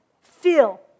feel